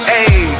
Hey